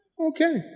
Okay